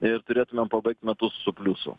ir turėtumėm pabaigt metus su pliusu